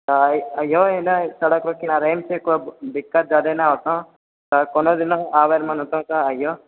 ऐहऽसड़कके किनारेमे छै कोइ दिक्कत जादे नहि होतो कोनो दिना आबै के मन हेतऽ तऽ ऐहऽ